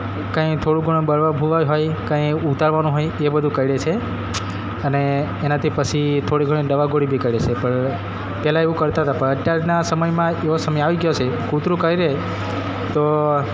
કંઇ થોડું ઘણું બરવા ભૂવાઈ હોય કાઈ ઉતારવાનું હોય એ બધું કરડે છે અને એનાથી પછી થોડી ઘણી દવા ગોડી બી કરે સે પર પેલા એવું કરતાં તા પણ અત્યારના સમયમાં એવો સમય આવી ગયો છે કૂતરું કરડે તો